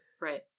Right